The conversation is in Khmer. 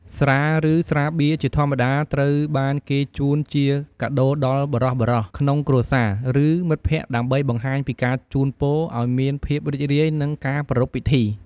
ស្រា ឬស្រាបៀរជាធម្មតាត្រូវបានគេជូនជាកាដូដល់បុរសៗក្នុងគ្រួសារ ឬមិត្តភក្តិដើម្បីបង្ហាញពីការជូនពរឱ្យមានភាពរីករាយនិងការប្រារព្ធពិធី។